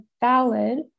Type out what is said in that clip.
valid